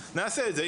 נעשה את זה.